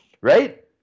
Right